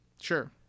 Sure